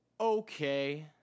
okay